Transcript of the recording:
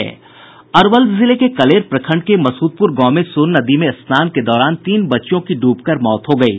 अरवल जिले के कलेर प्रखंड में मसूदपूर गांव में सोन नदी में स्नान के दौरान तीन बच्चियों की डूबकर मौत हो गयी